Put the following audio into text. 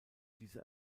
diese